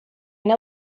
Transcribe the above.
une